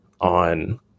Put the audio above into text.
on